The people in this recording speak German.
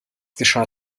geschah